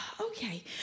Okay